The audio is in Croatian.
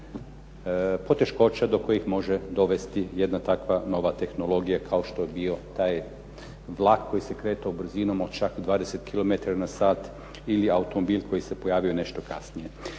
poteškoća do kojih može dovesti jedna takva nova tehnologija kao što je bio taj vlak koji se kretao brzinom od čak 20 kilometara na sat ili automobil koji se pojavio nešto kasnije.